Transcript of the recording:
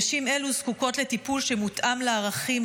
נשים אלו זקוקות לטיפול שמותאם לערכים,